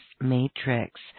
matrix